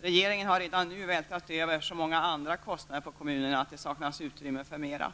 Regeringen har redan nu vältrat över så många andra kostnader på kommunerna att det saknas utrymme för flera.